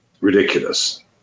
ridiculous